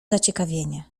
zaciekawienie